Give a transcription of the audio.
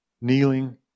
kneeling